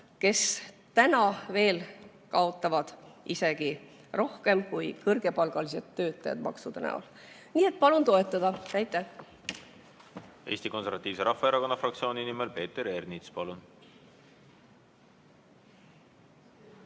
kes täna veel kaotavad isegi rohkem kui kõrgepalgalised töötajad maksude näol. Nii et palun toetada. Aitäh! Eesti Konservatiivse Rahvaerakonna fraktsiooni nimel Peeter Ernits, palun!